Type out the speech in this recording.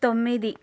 తొమ్మిది